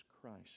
Christ